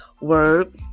word